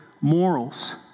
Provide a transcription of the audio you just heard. morals